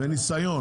וגם ניסיון.